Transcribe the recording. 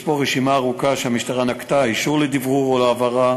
יש פה רשימה ארוכה של פעולות שהמשטרה נקטה: אישור לדברור או להעברה,